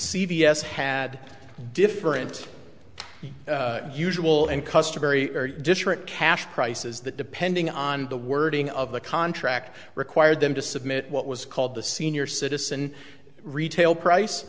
s had different usual and customary different cash prices that depending on the wording of the contract required them to submit what was called the senior citizen retail price